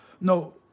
no